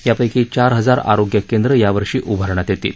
यापैकी चार हजार रोग्य केन्द्र यावर्षी उभारण्यात येतील